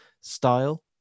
style